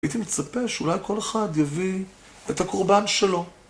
הייתי מצפה שאולי כל אחד יביא את הקורבן שלו.